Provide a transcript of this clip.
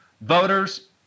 Voters